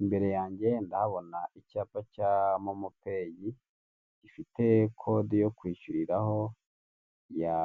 Imbere yanjye ndahabona icyapa cya momo payi gifite kode yo kwishyuriraho ya